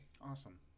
Awesome